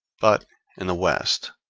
but in the west,